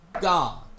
God